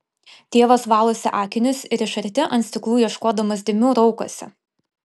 tėvas valosi akinius ir iš arti ant stiklų ieškodamas dėmių raukosi